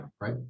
Right